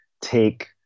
take